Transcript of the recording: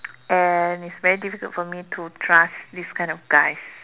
and it's very difficult for me to trust this kind of guys